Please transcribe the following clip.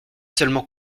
seulement